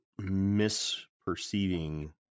misperceiving